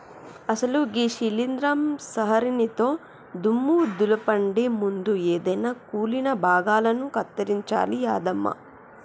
అసలు గీ శీలింద్రం సంహరినితో దుమ్ము దులపండి ముందు ఎదైన కుళ్ళిన భాగాలను కత్తిరించాలి యాదమ్మ